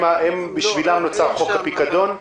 בשבילם נוצר חוק הפיקדון.